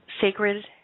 sacred